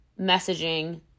messaging